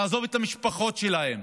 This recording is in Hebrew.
לעזוב את המשפחות שלהם,